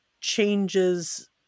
changes